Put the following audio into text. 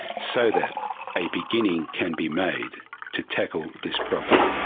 so that a beginning can be made to tackle this problem.